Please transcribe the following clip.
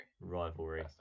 rivalry